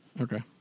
Okay